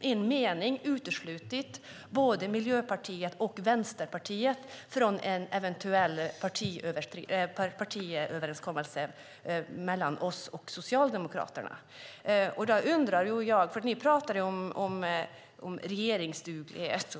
en mening uteslutit både Miljöpartiet och Vänsterpartiet från en eventuell partiöverenskommelse mellan oss och Socialdemokraterna. Ni pratar om regeringsduglighet.